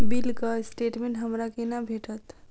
बिलक स्टेटमेंट हमरा केना भेटत?